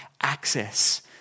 access